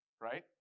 right